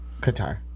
Qatar